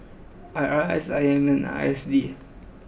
I R S I M and I S D